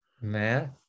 Math